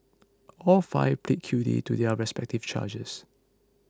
all five pleaded guilty to their respective charges